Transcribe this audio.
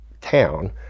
town